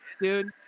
dude